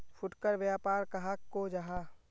फुटकर व्यापार कहाक को जाहा?